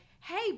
hey